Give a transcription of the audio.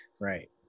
Right